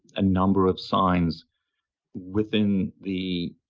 a number of signs within the